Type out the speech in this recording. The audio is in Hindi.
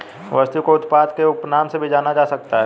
वस्तु को उत्पाद के उपनाम से भी जाना जा सकता है